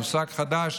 מושג חדש,